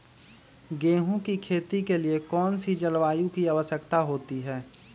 गेंहू की खेती के लिए कौन सी जलवायु की आवश्यकता होती है?